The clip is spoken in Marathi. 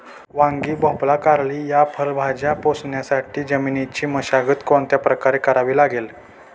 वांगी, भोपळा, कारली या फळभाज्या पोसण्यासाठी जमिनीची मशागत कोणत्या प्रकारे करावी लागेल?